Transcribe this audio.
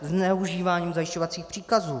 Zneužívání zajišťovacích příkazů.